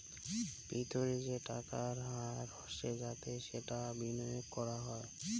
ভিতরে যে টাকার হার হসে যাতে সেটা বিনিয়গ করাঙ হউ